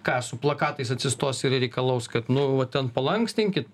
ką su plakatais atsistos ir reikalaus kad nu va ten palankstinkit